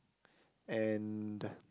and